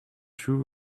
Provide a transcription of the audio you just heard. true